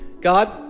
God